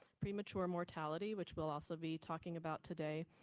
premature mortality which we'll also be talking about today,